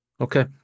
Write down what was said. Okay